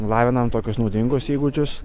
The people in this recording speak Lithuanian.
lavinam tokius naudingus įgūdžius